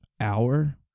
hour